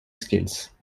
scales